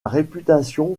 réputation